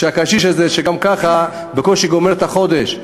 והקשיש הזה שגם ככה בקושי גומר את החודש,